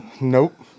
Nope